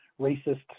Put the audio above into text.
racist